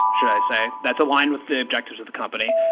should i say. that's aligned with the objectives of the company.